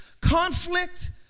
conflict